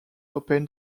open